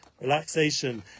relaxation